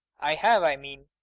i have, i mean.